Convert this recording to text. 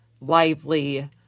lively